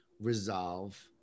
resolve